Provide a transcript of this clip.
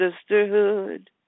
sisterhood